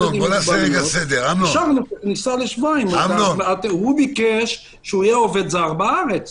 הוא ביקש שיהיה עובד זר בארץ